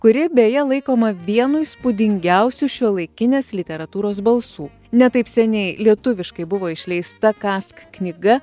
kuri beje laikoma vienu įspūdingiausių šiuolaikinės literatūros balsų ne taip seniai lietuviškai buvo išleista kask knyga